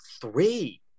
three